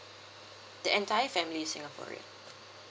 the entire family is singaporean